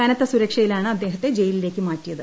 കനത്ത സുരക്ഷയിലാണ് അദ്ദേഹത്തെ ജയിലേയ്ക്ക് മാറ്റിയത്